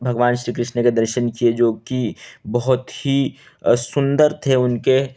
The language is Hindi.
भगवान श्री कृष्ण के दर्शन किए जो कि बहुत ही सुन्दर थे उनके